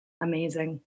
amazing